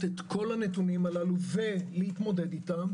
את כל הנתונים הללו ולהתמודד איתם,